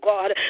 God